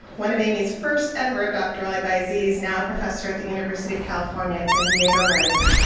one of amy's first ever doctoral advisees, now a professor at the university of california at san diego writes,